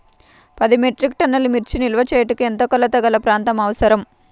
పది మెట్రిక్ టన్నుల మిర్చి నిల్వ చేయుటకు ఎంత కోలతగల ప్రాంతం అవసరం?